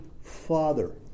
Father